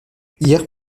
hier